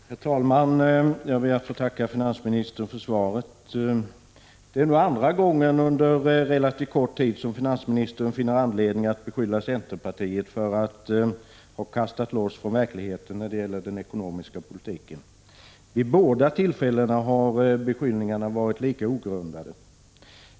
Herr talman! Jag ber att få tacka finansministern för svaret. Det är nu andra gången under relativt kort tid som finansministern finner anledning att beskylla centerpartiet för att ”ha kastat loss från verkligheten” när det gäller den ekonomiska politiken. Vid båda tillfällena har beskyllningarna varit lika ogrundade.